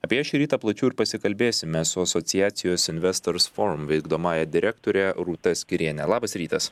apie ją šį rytą plačiau ir pasikalbėsime su asociacijos investors forum vykdomąja direktore rūta skyriene labas rytas